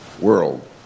world